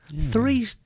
Three